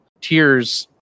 tears